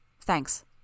Thanks